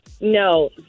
No